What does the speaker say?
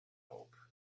hope